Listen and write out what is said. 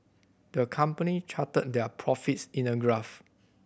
the company charted their profits in a graph